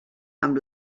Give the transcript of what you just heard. amb